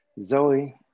Zoe